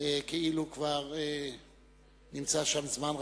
כאילו הוא כבר נמצא שם זמן רב.